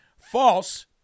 false